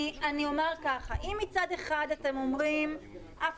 אני אומר ככה: אם מצד אחד אתם אומרים שאף